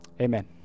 amen